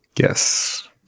Yes